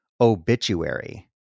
obituary